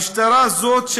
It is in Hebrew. המשטרה הזאת,